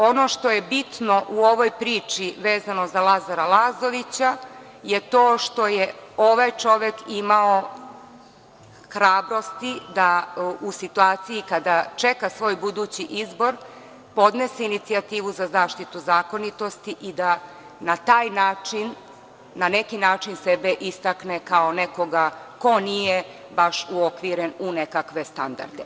Ono što je bitno u ovoj priči, vezano za Lazara Lazovića, je to što je ovaj čovek imao hrabrosti da u situaciji kada čeka svoj budući izbor podnese inicijativu za zaštitu zakonitosti i da na taj način sebe istakne kao nekoga ko nije baš uokviren u nekakve standarde.